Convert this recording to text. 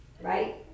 Right